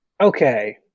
Okay